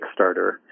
Kickstarter